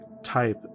Type